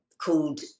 Called